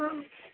आम्